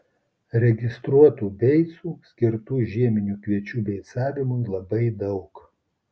registruotų beicų skirtų žieminių kviečių beicavimui labai daug